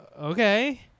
Okay